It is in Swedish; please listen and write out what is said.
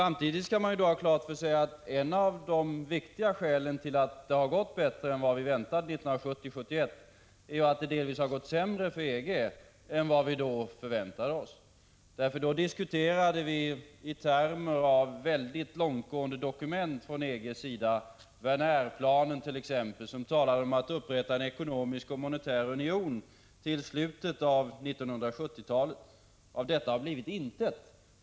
Samtidigt skall man ha klart för sig att ett av de viktiga skälen till att det gått bättre än vad vi väntade oss 1970-1971 är att det delvis gått sämre för EG än vad vi då förväntade oss. Då diskuterade vi i termer av mycket långtgående dokument från EG:s sida. Det gälldet.ex. van Air-planen, som talade om att upprätta en ekonomisk och monetär union till slutet av 1970-talet. Av detta har blivit intet.